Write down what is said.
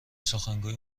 سخنگوی